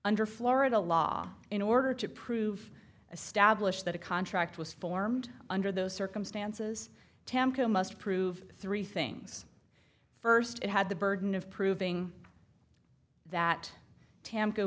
under florida law in order to prove a stablish that a contract was formed under those circumstances temko must prove three things first it had the burden of proving that tam